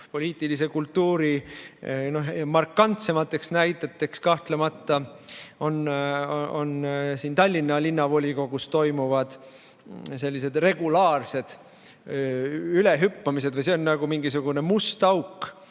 poliitilise kultuuri markantsemad näited kahtlemata on Tallinna Linnavolikogus toimuvad regulaarsed ülehüppamised. See on nagu mingisugune must auk,